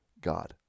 God